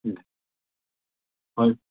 ꯎꯝ ꯍꯣꯏ